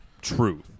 truth